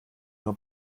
nur